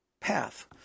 path